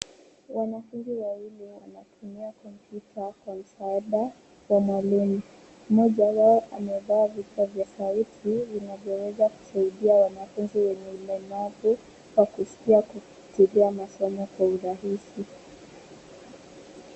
Wanafunzi wawili wanatumia kompyuta kwa msaada wa mwalimu. Mmoja wao amevaa vifaa vya sauti vinavyoweza kusaidia wanafunzi wenye ulemavu wa kusikia kupitilia masomo kwa urahisi.